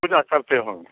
पूजा करते होंगे